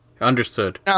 Understood